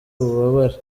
ububabare